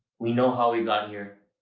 we know how we got here,